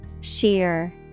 Sheer